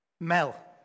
Mel